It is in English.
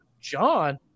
john